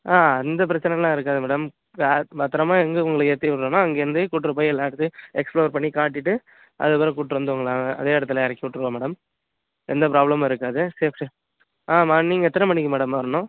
அந்த பிரச்சனைலாம் இருக்காது மேடம் வேறு பத்திரமாக எங்கே உங்களை ஏற்றி விட்றனோ அங்கேருந்து கூப்பிட்ரு போய் எல்லா இடத்தையும் எக்ஸ்ப்ளோர் பண்ணி காட்டிவிட்டு அதற்கப்பறம் கூப்பிட்ரு வந்து உங்களை அதே இடத்துல இறக்கி விட்ருவோம் மேடம் எந்த ப்ராப்ளமும் இருக்காது சேஃப்ட்டி ஆமாம் நீங்கள் எத்தனை மணிக்கு மேடம் வரணும்